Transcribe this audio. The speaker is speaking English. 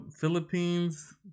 Philippines